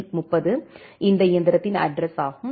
130 இந்த இயந்திரத்தின் அட்ட்ரஸ் ஆகும்